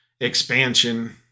expansion